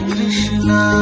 Krishna